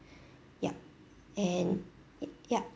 yup and uh yup